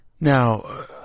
Now